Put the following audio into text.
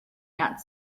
not